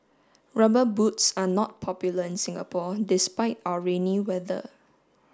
rubber boots are not popular in Singapore despite our rainy weather